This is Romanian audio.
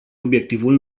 obiectivul